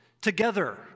together